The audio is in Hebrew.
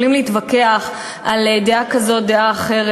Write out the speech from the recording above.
יכולים להתווכח על דעה כזו, דעה אחרת.